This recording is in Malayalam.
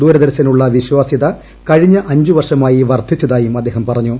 ദൂരദർശനുള്ള വിശ്വാസൃത കഴിഞ്ഞ അഞ്ച് വർഷമായി വർദ്ധിച്ചതായും അദ്ദേഹം പറഞ്ഞു